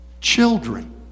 children